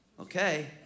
Okay